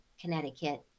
connecticut